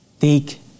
take